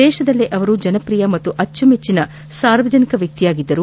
ದೇತದಲ್ಲೇ ಅವರು ಜನಪ್ರಿಯ ಹಾಗೂ ಅಚ್ಲುಮೆಚ್ಚನ ಸಾರ್ವಜನಿಕ ವ್ಯಕ್ತಿಯಾಗಿದ್ದರು